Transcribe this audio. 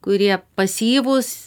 kurie pasyvūs